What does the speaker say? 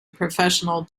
professional